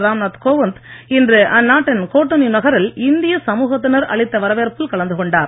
ராம்நாத் கோவிந்த் இன்று அந்நாட்டின் கோடந்யு நகரில் இந்திய சமூகத்தினர் அளித்த வரவேற்பில் கலந்து கொண்டார்